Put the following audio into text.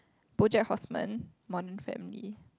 BoJack-Horseman modern-family